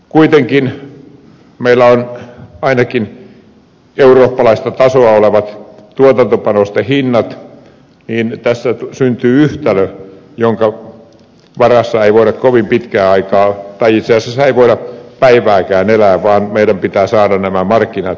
kuitenkin kun meillä on ainakin eurooppalaista tasoa olevat tuotantopanosten hinnat niin tässä syntyy yhtälö jonka varassa ei voi kovin pitkä aika ajossa ei voida päivääkään elää vaan meidän pitää saada nämä markkinat toimimaan